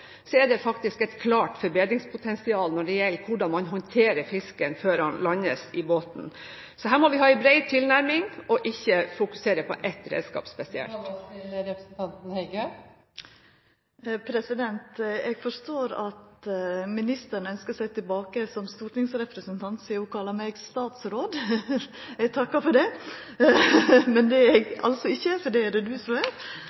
er det faktisk et klart forbedringspotensial når det gjelder hvordan man håndterer fisken før den landes i båten. Så her må vi ha en bred tilnærming og ikke fokusere på ett redskap spesielt. Vi får holde oss til representanten Heggø. Eg forstår at ministeren ønskjer seg tilbake som stortingsrepresentant, sidan ho kalla meg statsråd. Eg takkar for det. Men det er eg altså ikkje, for det er det du som